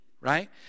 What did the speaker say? right